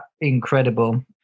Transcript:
incredible